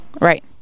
Right